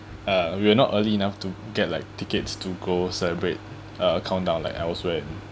uh we were not early enough to get like tickets to go celebrate uh countdown like elsewhere